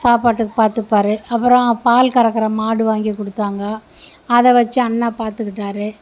சாப்பாட்டுக்கு பார்த்துப்பாரு அப்புறம் பால் கறக்கிற மாடு வாங்கி கொடுத்தாங்க அதை வச்சு அண்ணா பார்த்துக்கிட்டாரு